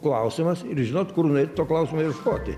klausimas ir žinot kur nueit to klausimo ieškoti